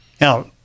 Now